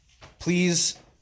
Please